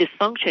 dysfunction